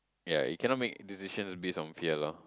ya you cannot make decisions based on fear loh